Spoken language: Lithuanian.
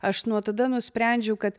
aš nuo tada nusprendžiau kad